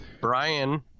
Brian